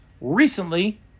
recently